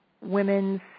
women's